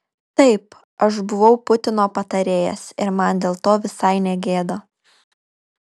taip aš buvau putino patarėjas ir man dėl to visai ne gėda